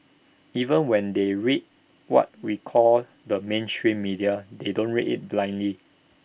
even when they read what we call the mainstream media they don't read IT blindly